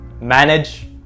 manage